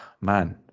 man